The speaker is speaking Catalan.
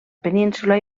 península